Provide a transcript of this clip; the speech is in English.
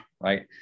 Right